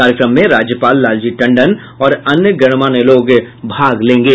कार्यक्रम में राज्यपाल लालजी टंडन और अन्य गणमान्य लोग भाग लेंगे